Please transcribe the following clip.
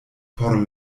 por